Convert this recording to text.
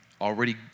already